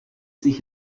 sich